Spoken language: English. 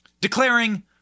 declaring